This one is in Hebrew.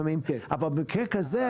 אבל במקרה כזה,